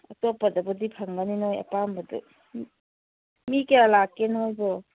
ꯑꯇꯣꯞꯄꯗꯕꯨꯗꯤ ꯐꯪꯒꯅꯤ ꯅꯈꯣꯏ ꯑꯄꯥꯝꯕꯗꯨ ꯃꯤ ꯀꯌꯥ ꯂꯥꯛꯀꯦ ꯅꯈꯣꯏꯕꯣ